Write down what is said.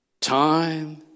Time